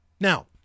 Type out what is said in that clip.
Now